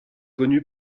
connue